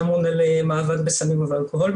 שאמון על מאבק בסמים ובאלכוהול,